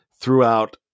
throughout